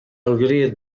alegria